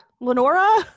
Lenora